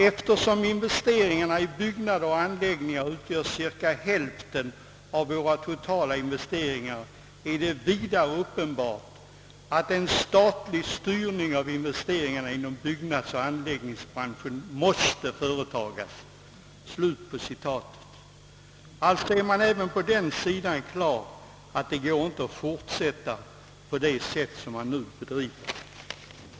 Eftersom investeringarna i byggnader och anläggningar utgör cirka hälften av våra totala investeringar är det vidare uppenbart att en statlig styrning av investeringarna inom byggnadsoch anläggningsbranschen måste företagas.» Även på den sidan är man alltså medveten om att det inte går att fortsätta på det sätt som nu sker.